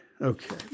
Okay